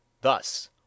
Thus